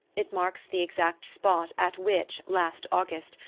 it marks the exact spot at which, last august,